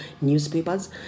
newspapers